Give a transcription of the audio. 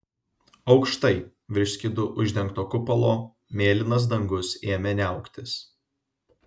aukštai virš skydu uždengto kupolo mėlynas dangus ėmė niauktis